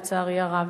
לצערי הרב.